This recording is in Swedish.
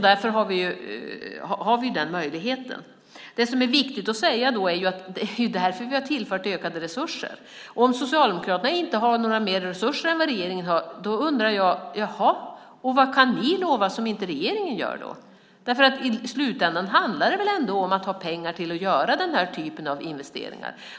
Därför finns den möjligheten, och det är också därför vi tillfört mer resurser. Om Socialdemokraterna inte har mer resurser än regeringen undrar jag vad de kan lova att göra som inte regeringen gör. I slutändan handlar det om att ha pengar till att göra den typen av investeringar.